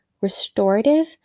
restorative